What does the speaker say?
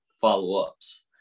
follow-ups